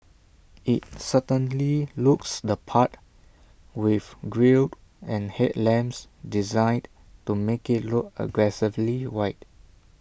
IT certainly looks the part with grille and headlamps designed to make IT look aggressively wide